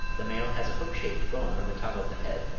the male has a hook-shaped bone on the top of the head,